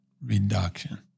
reduction